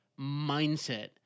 mindset